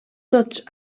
tots